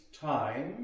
time